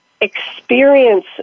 experience